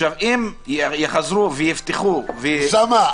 אם יחזרו ויפתחו- -- אוסאמה,